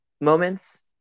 moments